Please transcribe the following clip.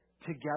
together